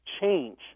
change